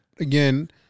Again